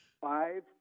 five